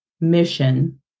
mission